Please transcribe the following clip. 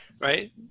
right